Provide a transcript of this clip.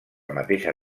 mateixa